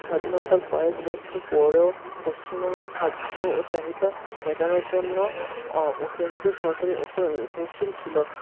স্বাধীনতার কয়েক বছর পরেও পশ্চিমবঙ্গে খাদ্য ও চাহিদা মেটানোর জন্য ও কেন্দ্রীয় সরকারের ওপর নির্ভরশীল ছিল